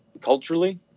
culturally